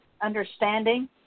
understanding